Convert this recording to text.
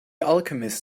alchemist